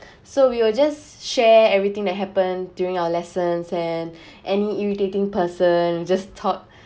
so we will just share everything that happened during our lessons and any irritating person just talk